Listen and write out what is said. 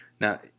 Now